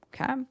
Okay